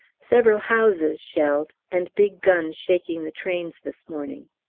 several houses shelled, and big guns shaking the train this morning.